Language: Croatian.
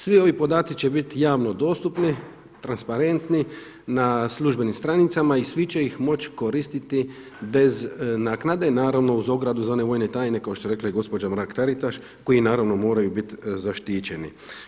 Svi ovi podaci će biti javno dostupni, transparentni na službenim stranicama i svi će ih moći koristiti bez naknade, naravno uz ogradu za one vojne tajne kao što je rekla i gospođa Mrak Taritaš koji naravno mogu biti zaštićeni.